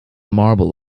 marble